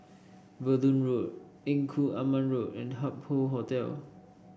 Verdun Road Engku Aman Road and Hup Hoe Hotel